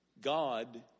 God